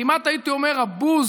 כמעט הייתי אומר הבוז,